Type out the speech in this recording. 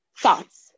thoughts